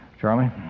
Charlie